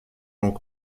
donc